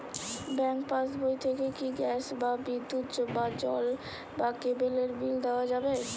Bank পাশবই থেকে কি গ্যাস বা বিদ্যুৎ বা জল বা কেবেলর বিল দেওয়া যাবে?